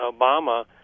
Obama